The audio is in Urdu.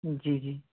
جی جی